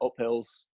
uphills